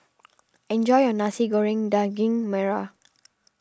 enjoy your Nasi Goreng Daging Merah